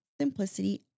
simplicity